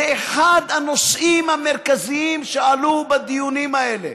זה אחד הנושאים המרכזיים שעלו בדיונים האלה.